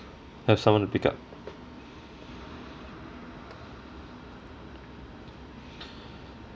have someone to pick up